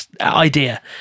idea